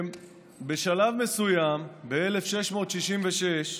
בשלב מסוים, ב-1666,